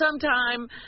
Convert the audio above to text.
sometime